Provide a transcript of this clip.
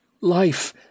life